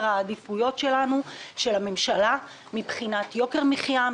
העדיפויות שלנו ושל הממשלה מבחינת יוקר מחיה,